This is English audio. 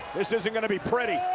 this isn't gonna be pretty.